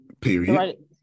period